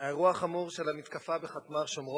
האירוע החמור של המתקפה בחטמ"ר שומרון,